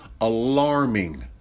alarming